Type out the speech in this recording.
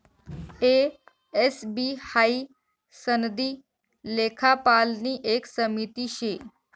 ए, S, B हाई सनदी लेखापालनी एक समिती शे